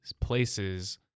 places